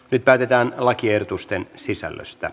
nyt päätetään lakiehdotusten sisällöstä